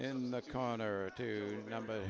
in the connor to remember